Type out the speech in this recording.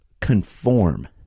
conform